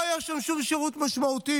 לא היה שום שירות משמעותי,